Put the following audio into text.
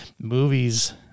movies